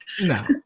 No